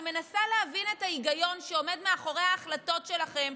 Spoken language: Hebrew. אני מנסה להבין את ההיגיון שעומד מאחורי ההחלטות שלכם.